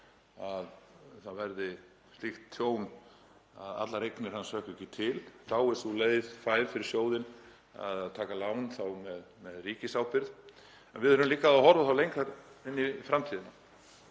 að það verði slíkt tjón að allar eignir hans hrökkvi ekki til. Þá er sú leið fær fyrir sjóðinn að taka lán með ríkisábyrgð. En við erum líka að horfa lengra inn í framtíðina,